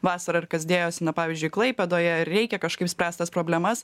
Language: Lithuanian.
vasarą ir kas dėjosi na pavyzdžiui klaipėdoje ir reikia kažkaip spręst tas problemas